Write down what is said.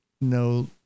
no